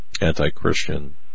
anti-Christian